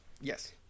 Yes